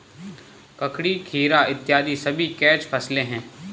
ककड़ी, खीरा इत्यादि सभी कैच फसलें हैं